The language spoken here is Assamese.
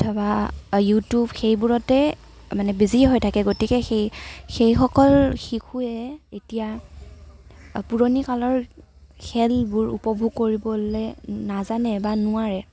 অথবা ইউটিউব সেইবোৰতে মানে বিজিয়েই হৈ থাকে গতিকে সেই সেইসকল শিশুৱে এতিয়া পুৰণিকালৰ খেলবোৰ উপভোগ কৰিবলৈ নাজানে বা নোৱাৰে